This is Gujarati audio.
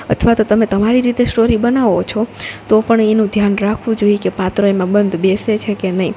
અથવા તો તમે તમારી રીતે સ્ટોરી બનાવો છો તો પણ એનું ધ્યાન રાખવું જોઈ કે પાત્રો એમાં બંધ બેસે છે કે નઈ